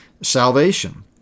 salvation